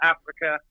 Africa